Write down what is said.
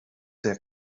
der